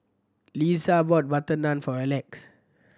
Liza bought butter naan for Alex